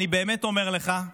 אני באמת אומר לך,